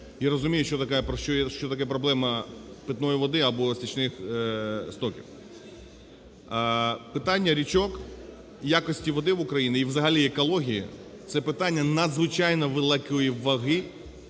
і розумію, що таке проблема питної води або стічних стоків. Питання річок, якості води в Україні і взагалі екології – це питання надзвичайно великої ваги,